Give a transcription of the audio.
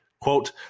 quote